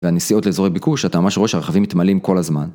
והנסיעות לאיזור הביקוש, אתה ממש ראש הרכבים מתמלאים כל הזמן.